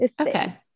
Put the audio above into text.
Okay